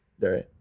right